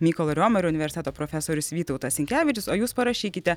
mykolo romerio universiteto profesorius vytautas sinkevičius o jūs parašykite